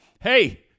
hey